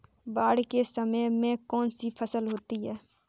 बाढ़ के समय में कौन सी फसल होती है?